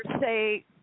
say